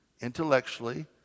intellectually